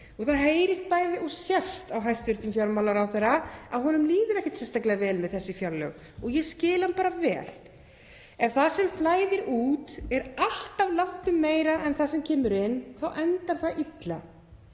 og það heyrist bæði og sést á hæstv. fjármálaráðherra að honum líður ekkert sérstaklega vel með þessi fjárlög og ég skil hann bara vel. Ef það sem flæðir út er alltaf langtum meira en það sem kemur inn þá endar það illa.